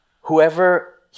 Whoever